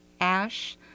ash